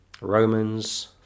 Romans